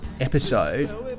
episode